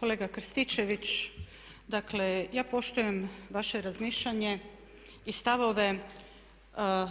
Kolega Krstičević, dakle ja poštujem vaše razmišljanje i stavove